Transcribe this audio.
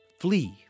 flee